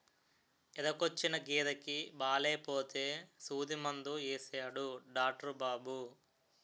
ఎదకొచ్చిన గేదెకి బాలేపోతే సూదిమందు యేసాడు డాట్రు బాబు